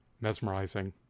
mesmerizing